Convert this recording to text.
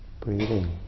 breathing